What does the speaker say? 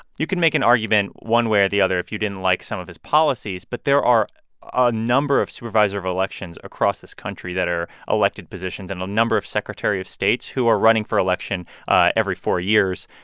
you can make an argument one way or the other if you didn't like some of his policies. but there are a number of supervisor of elections across this country that are elected positions and a number of secretary of states who are running for election ah every four years.